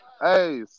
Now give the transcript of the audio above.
Hey